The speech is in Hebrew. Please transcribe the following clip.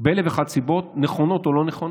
מאלף ואחת סיבות, נכונות או לא נכונות,